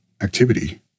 activity